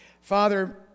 Father